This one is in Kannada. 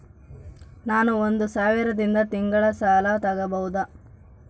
ನಾನು ಒಂದು ಸಾವಿರದಿಂದ ತಿಂಗಳ ಸಾಲ ತಗಬಹುದಾ?